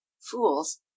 fools